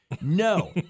no